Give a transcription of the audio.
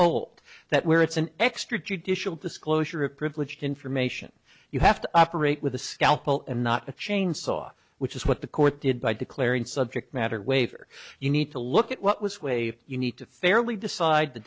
hold that where it's an extra judicial disclosure of privileged information you have to operate with a scalpel and not a chain saw which is what the court did by declaring subject matter waiver you need to look at what was waived you need to fairly decide the